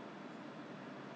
not the soya